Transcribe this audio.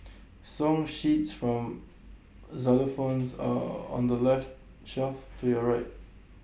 song sheets for xylophones are on the left shelf to your right